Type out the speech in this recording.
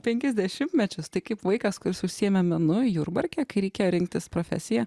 penkis dešimtmečius tai kaip vaikas kuris užsiėmė menu jurbarke kai reikėjo rinktis profesiją